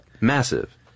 massive